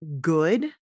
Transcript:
good